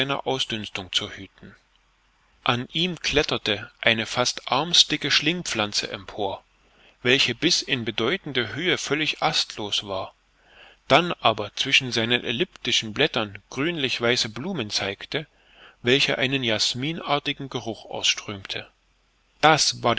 ausdünstung zu hüten an ihm kletterte eine fast armsdicke schlingpflanze empor welche bis in bedeutende höhe völlig astlos war dann aber zwischen seinen eliptischen blättern grünlich weiße blumen zeigte welche einen jasminartigen geruch ausströmten das war